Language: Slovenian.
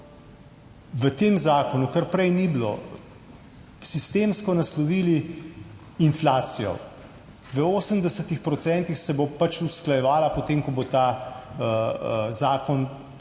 v tem zakonu, kar prej ni bilo sistemsko, naslovili inflacijo. V 80 procentih se bo pač usklajevala potem, ko bo ta zakon v